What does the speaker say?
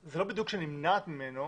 זה לא בדיוק שנמנעת ממנו